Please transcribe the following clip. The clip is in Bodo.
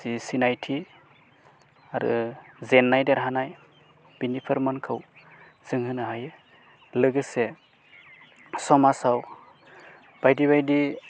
जि सिनायथि आरो जेननाय देरहानाय बिनि फोरमानखौ जों होनो हायो लोगोसे समाजाव बायदि बायदि